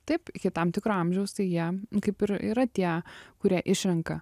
taip iki tam tikro amžiaus tai jie kaip ir yra tie kurie išrenka